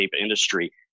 industry